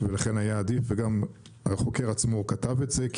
ולכן היה עדיף וגם החוקר עצמו כתב את זה,